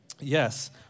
Yes